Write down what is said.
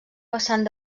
vessant